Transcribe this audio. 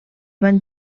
van